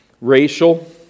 racial